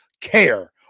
care